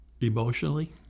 emotionally